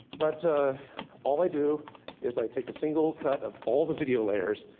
but all i do is i take a single cut of all the video layers,